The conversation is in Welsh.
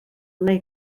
wnei